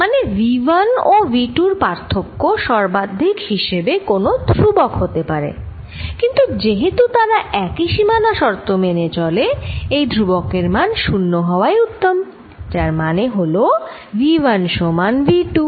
মানে V 1 ও V 2 র পার্থক্য সর্বাধিক হিসাবে কোন ধ্রুবক হতে পারে কিন্তু যেহেতু তারা একই সীমানা শর্ত মেনে চলে এই ধ্রুবক এর মান 0 হওয়াই উত্তম যার মানে হল V 1 সমান V 2